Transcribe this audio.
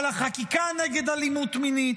על החקיקה נגד אלימות מינית?